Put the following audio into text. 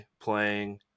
playing